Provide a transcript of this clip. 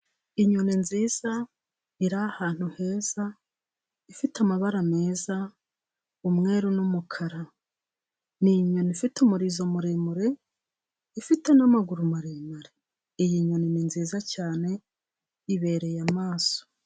Inyoni nziza iri ahantu heza, ifite amabara meza umweru n'umukara. Ni inyoni ifite umurizo muremure, ifite n'amaguru maremare. Iyi ni nyoni nziza cyane, ibereye amaso.